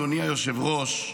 אדוני היושב-ראש,